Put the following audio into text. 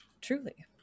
Truly